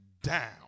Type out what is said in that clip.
down